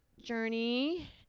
journey